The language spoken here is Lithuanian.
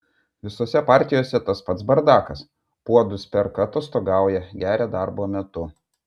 visose partijose tas pats bardakas puodus perka atostogauja geria darbo metu